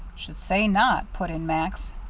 should say not, put in max.